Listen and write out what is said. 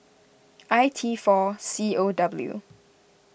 I T four C O W